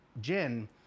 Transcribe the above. gin